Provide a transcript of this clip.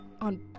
on